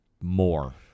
more